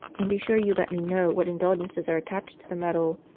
and be sure you let me know what indulgences are attached to the medal.